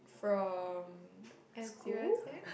from S_U_S_S